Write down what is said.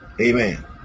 Amen